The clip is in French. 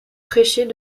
prêcher